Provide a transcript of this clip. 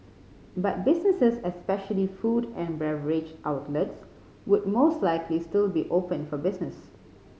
but businesses especially food and beverage outlets would most likely still be open for business